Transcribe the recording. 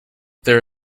there